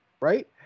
Right